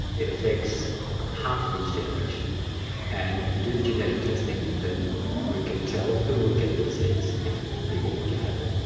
it affects half of each generation and if you do the genetic testing, then we can tell who will get the disease if the people want to have it.